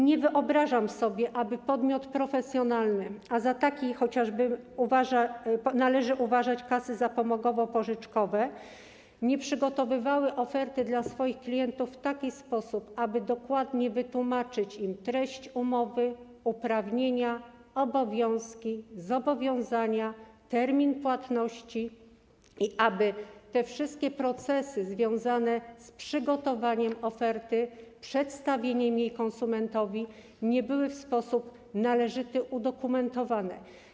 Nie wyobrażam sobie, aby podmiot profesjonalny, a za taki chociażby należy uważać kasy zapomogowo-pożyczkowe, nie przygotowywał oferty dla swoich klientów w taki sposób, aby dokładnie wytłumaczyć im treść umowy, uprawnienia, obowiązki, zobowiązania, termin płatności, i aby te wszystkie procesy związane z przygotowaniem oferty i przedstawieniem jej konsumentowi nie były w sposób należyty udokumentowane.